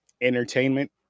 Entertainment